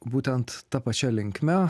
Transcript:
būtent ta pačia linkme